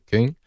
King